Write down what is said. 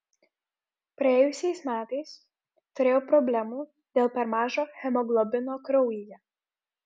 praėjusiais metais turėjau problemų dėl per mažo hemoglobino kraujyje